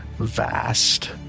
vast